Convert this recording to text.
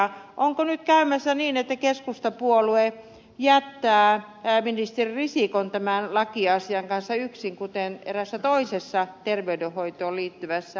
onko nyt käymässä niin että keskustapuolue jättää ministeri risikon tämän lakiasian kanssa yksin kuten eräässä toisessa terveydenhoitoon liittyvässä asiassa